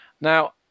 now